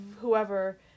whoever